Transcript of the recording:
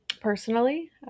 personally